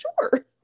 sure